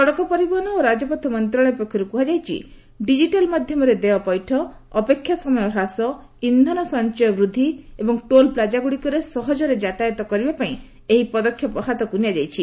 ସଡ଼କ ପରିବହନ ଓ ରାଜପଥ ମନ୍ତ୍ରଣାଳୟ ପକ୍ଷରୁ କୁହାଯାଇଛି ଡିଜିଟାଲ୍ ମାଧ୍ୟମରେ ଦେୟ ପୈଠ ଅପେକ୍ଷା ସମୟ ହ୍ରାସ ଇନ୍ଧନ ସଞ୍ଚୟ ବୃଦ୍ଧି ଏବଂ ଟୋଲ୍ ପ୍ଲାଜାଗ୍ରଡ଼ିକରେ ସହଜରେ ଯାତାୟତ କରିବାପାଇଁ ଏହି ପଦକ୍ଷେପ ହାତକୁ ନିଆଯାଇଛି